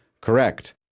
Correct